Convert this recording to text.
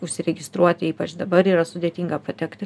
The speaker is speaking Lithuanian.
užsiregistruoti ypač dabar yra sudėtinga patekti